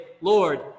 Lord